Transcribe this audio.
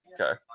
Okay